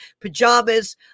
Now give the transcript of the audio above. pajamas